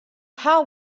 how